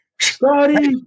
Scotty